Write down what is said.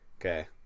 Okay